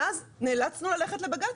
ואז נאלצנו ללכת לבג"ץ,